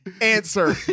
answer